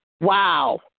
Wow